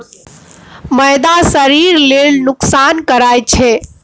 मैदा शरीर लेल नोकसान करइ छै